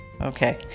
Okay